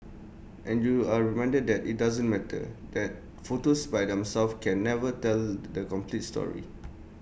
and you are reminded that IT doesn't matter that photos by themselves can never tell the complete story